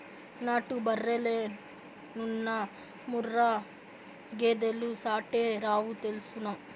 నాటు బర్రెలెన్నున్నా ముర్రా గేదెలు సాటేరావు తెల్సునా